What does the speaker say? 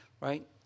right